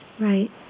Right